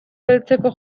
beltzeko